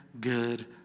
good